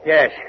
Yes